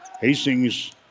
Hastings